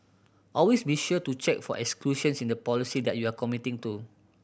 always be sure to check for exclusions in the policy that you are committing to